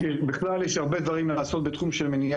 הם מעדיפים ללכת לפנימיות או למחלקות אחרות שהתגמול